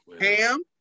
Ham